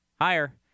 Higher